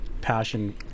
passion